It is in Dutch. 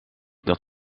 dat